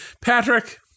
Patrick